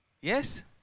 Yes